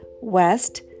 west